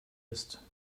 ist